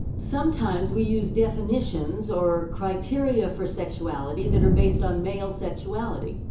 sometimes we use definitions or criteria for sexuality that are based on male sexuality.